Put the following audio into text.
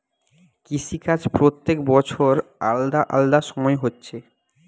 কৃষি কাজ প্রত্যেক বছর আলাদা আলাদা সময় হচ্ছে